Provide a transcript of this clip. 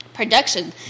production